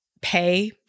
pay